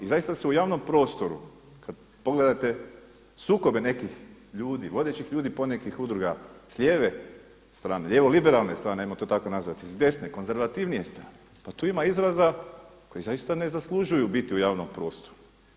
I zaista se u javnom prostoru kada pogledate sukobe nekih ljudi, vodećih ljudi ponekih udruga s lijeve strane, lijevo liberalne strane ajmo to tako nazvati, s desne konzervativnije strane pa tu ima izraza koji zaista ne zaslužuju biti u javnom prostoru.